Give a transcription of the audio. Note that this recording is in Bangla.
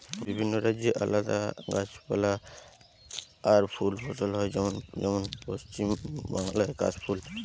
বিভিন্ন রাজ্যে আলদা গাছপালা আর ফুল ফসল হয় যেমন যেমন পশ্চিম বাংলায় কাশ ফুল